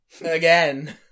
Again